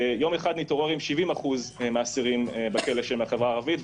יום אחד נתעורר עם 70% מן האסירים בכלא שהם מן החברה הערבית,